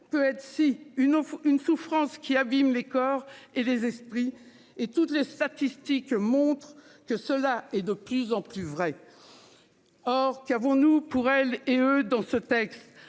peut être si une offre une souffrance qui abîme les corps et les esprits et toutes les statistiques montrent que cela est de plus en plus vrai. Or, qu'avons-nous pour elle et eux dans ce texte,